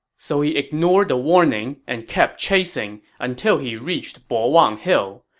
so he ignored the warning and kept chasing until he reached bo wang hill.